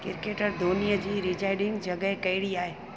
cricketer धोनीअ जी residing जॻहि कहिड़ी आहे